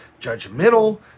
judgmental